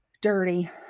dirty